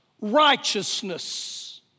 righteousness